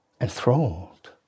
enthralled